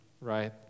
right